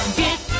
get